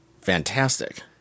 fantastic